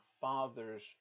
father's